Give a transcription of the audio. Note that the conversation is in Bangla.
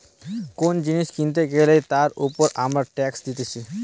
কোন জিনিস কিনতে গ্যালে তার উপর আমরা ট্যাক্স দিতেছি